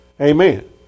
Amen